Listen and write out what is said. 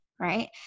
right